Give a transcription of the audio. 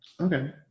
Okay